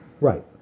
Right